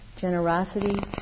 generosity